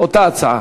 אותה הצעה.